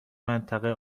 منطقه